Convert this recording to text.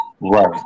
Right